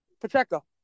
Pacheco